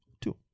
Two